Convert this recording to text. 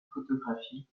photographie